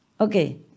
Okay